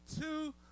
two